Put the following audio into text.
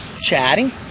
chatting